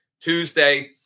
Tuesday